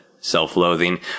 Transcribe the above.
self-loathing